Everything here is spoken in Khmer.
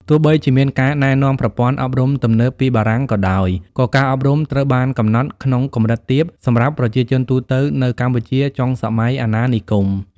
ទោះបីជាមានការណែនាំប្រព័ន្ធអប់រំទំនើបពីបារាំងក៏ដោយ ក៏ការអប់រំត្រូវបានកំណត់ក្នុងកម្រិតទាបសម្រាប់ប្រជាជនទូទៅនៅកម្ពុជាចុងសម័យអាណានិគម។